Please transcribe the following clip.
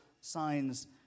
signs